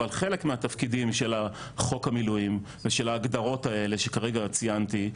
אבל חלק מהתפקידים של חוק המילואים ושל ההגדרות הלאה שכרגע ציינתי,